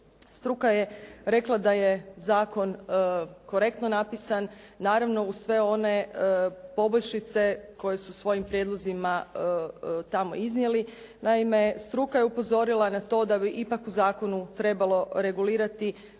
Struka je rekla da je zakon korektno napisan, naravno uz sve one poboljšice koje su svojim prijedlozima tamo iznijeli. Naime, struka je upozorila na to da bi ipak u zakonu trebalo regulirati